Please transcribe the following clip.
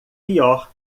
pior